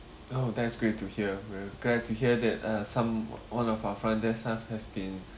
orh that is great to hear we are glad to hear that uh some one of our front desk staff has been